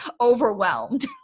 overwhelmed